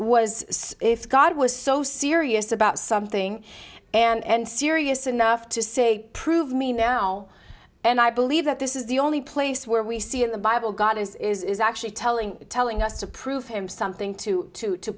was if god was so serious about something and serious enough to say prove me now and i believe that this is the only place where we see in the bible god is actually telling telling us to prove him something to